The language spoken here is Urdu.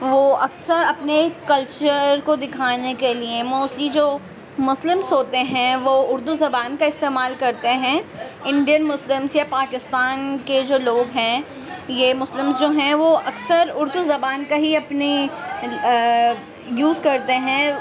وہ اکثر اپنے کلچر کو دکھانے کے لیے موسلی جو مسلمس ہوتے ہیں وہ اردو زبان کا استعمال کر تے ہیں انڈین مسلمس یا پاکستان کے جو لوگ ہیں یہ مسملمس جو ہیں اکثر اردو زبان کا ہی اپنے یوز کرتے ہیں